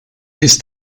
ist